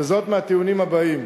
מהטיעונים האלה: